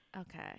Okay